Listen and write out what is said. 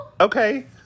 Okay